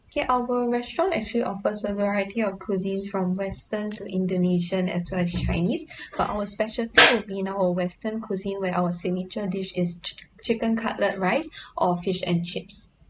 okay our restaurant actually offers a variety of cuisines from western to indonesian as well as chinese but our speciality would be in our western cuisine where our signature dish is chi~ chicken cutlet rice or fish and chips